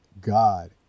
God